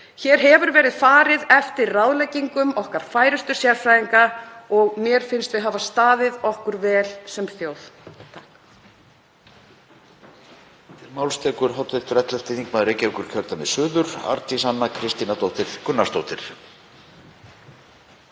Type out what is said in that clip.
Hér hefur verið farið eftir ráðleggingum okkar færustu sérfræðinga og mér finnst við hafa staðið okkur vel sem þjóð.